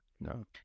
No